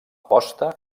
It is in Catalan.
posta